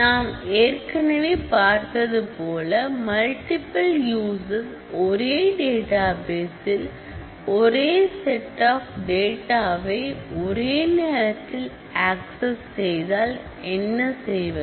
நாம் ஏற்கனவே பார்த்ததுபோல மல்டிபில் யூஸஸ் ஒரே டேட்டாபேஸில் ஒரே செட்டாப் டேட்டாவை ஒரே நேரத்தில் ஆக்சஸ் செய்தால் என்ன செய்வது